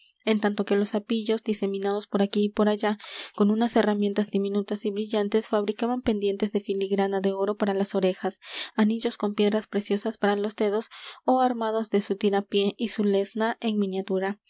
en tanto que los sapillos diseminados por aquí y por allá con unas herramientas diminutas y brillantes fabricaban pendientes de filigrana de oro para las orejas anillos con piedras preciosas para los dedos ó armados de su tirapié y su lezna en miniatura